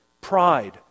pride